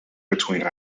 between